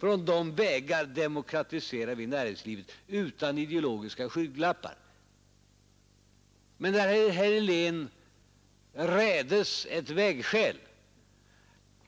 På de vägarna demokratiserar vi näringslivet utan ideologiska skygglappar. Men herr Helén rädes ett vägskäl.